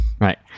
Right